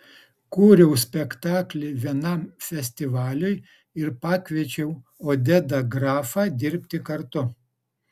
kūriau spektaklį vienam festivaliui ir pakviečiau odedą grafą dirbti kartu